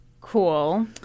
Cool